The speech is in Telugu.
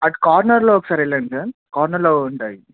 అటు కార్నర్లో ఒకసారి వెళ్ళండి సార్ కార్నర్లో ఉంటాయి